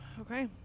okay